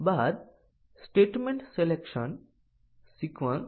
હા ઘણી એપ્લિકેશનોમાં તે થાય છે